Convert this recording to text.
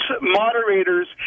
moderators